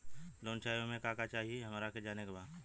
Loan चाही उमे का का चाही हमरा के जाने के बा?